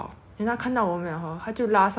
like to it's proper place like